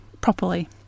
properly